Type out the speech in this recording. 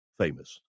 famous